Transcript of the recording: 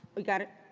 we got it?